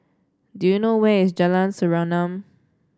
do you know where is Jalan Serengam